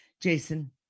Jason